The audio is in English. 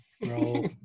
bro